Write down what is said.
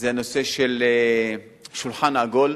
זה הנושא של שולחן עגול.